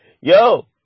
Yo